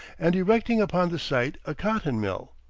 and erecting upon the site a cotton mill.